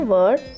Word